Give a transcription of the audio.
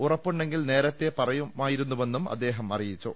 ഉറപ്പുണ്ടെങ്കിൽ നേരത്തെ പറയുമായിരുന്നുവെന്നും അദ്ദേഹം അറിയിച്ചു